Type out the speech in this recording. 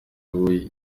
uwo